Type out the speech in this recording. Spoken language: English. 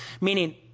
Meaning